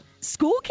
school